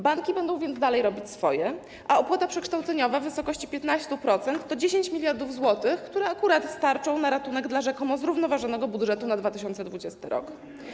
Banki będą więc dalej robić swoje, a opłata przekształceniowa w wysokości 15% to 10 mld zł, które akurat starczą na ratunek dla rzekomo zrównoważonego budżetu na 2020 r.